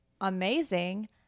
amazing